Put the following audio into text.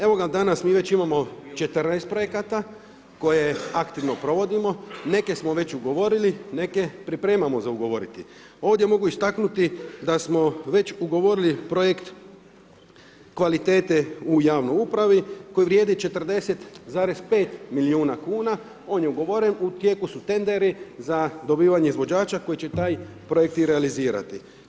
Evo ga danas mi već imamo 14 projekata koje aktivno provodimo, neke smo već ugovorili neke pripremamo za ugovoriti, ovdje mogu istaknuti da smo već ugovorili Projekt kvalitete u javnoj upravi koji vrijedi 40,5 miliona kuna, on je ugovoren u tijeku su tenderi za dobivanje izvođača koji će taj projekt i realizirati.